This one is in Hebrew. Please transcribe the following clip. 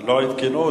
מגיע,